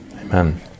Amen